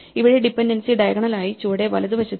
ഇവിടെ ഡിപെൻഡൻസി ഡയഗണലായി ചുവടെ വലതുവശത്താണ്